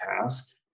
task